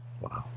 Wow